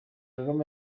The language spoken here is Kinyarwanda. kagame